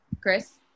Chris